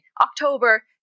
October